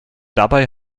dabei